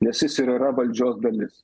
nes jis yra valdžios dalis